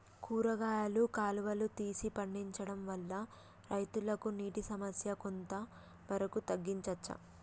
కూరగాయలు కాలువలు తీసి పండించడం వల్ల రైతులకు నీటి సమస్య కొంత వరకు తగ్గించచ్చా?